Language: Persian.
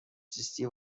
زیستی